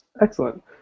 Excellent